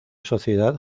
sociedad